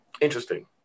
interesting